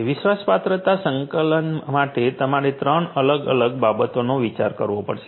વિશ્વાસપાત્રતા સંચાલન માટે તમારે 3 અલગ અલગ બાબતોનો વિચાર કરવો પડશે